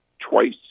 twice